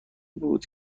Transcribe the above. بود